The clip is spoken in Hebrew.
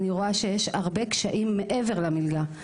אני רואה שיש הרבה קשיים מעבר למלגה,